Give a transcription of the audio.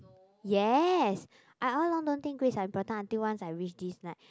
yes I all along don't think grades are important until once I reached this like